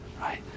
right